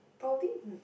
probably